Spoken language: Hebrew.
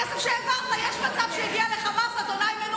אולי זה הגיע לחמאס, אולי, לא אתפלא.